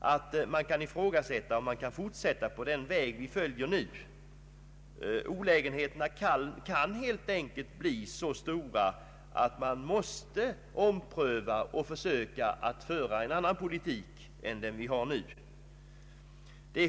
att man kan ifrågasätta om vi kan fortsätta på den väg vi nu följer. Olägenheterna kan helt enkelt bli så stora att man måste ompröva och försöka föra en annan politik än den nuvarande.